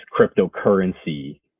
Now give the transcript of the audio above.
cryptocurrency